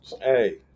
hey